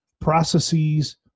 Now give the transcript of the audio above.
processes